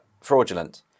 fraudulent